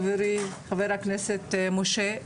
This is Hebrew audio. חברי חבר הכנסת משה,